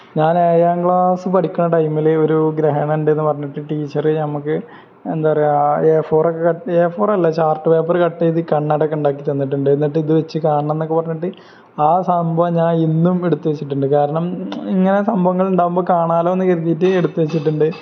ഞാന് ഏഴാം ക്ലാസ്സില് പഠിക്കുന്ന ടൈമിലൊരു ഗ്രഹണമുണ്ടെന്നു പറഞ്ഞിട്ട് ടീച്ചര് ഞങ്ങള്ക്ക് എന്താ പറയുക എ ഫോറൊക്കെ എ ഫോറല്ല ചാർട്ട് പേപ്പര് കട്ട് ചെയ്ത് കണ്ണടയൊക്കെ ഉണ്ടാക്കിത്തന്നിട്ടുണ്ട് എന്നിട്ട് ഇത് വച്ച് കാണണമെന്ന് പറഞ്ഞിട്ട് ആ സംഭവം ഞാൻ ഇന്നും എടുത്തുവച്ചിട്ടുണ്ട് കാരണം ഇങ്ങനെ സംഭവങ്ങളുണ്ടാകുമ്പോള് കാണാമല്ലോ എന്ന് കരുതിയിട്ട് എടുത്തുവച്ചിട്ടുണ്ട്